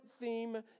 theme